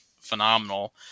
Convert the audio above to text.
phenomenal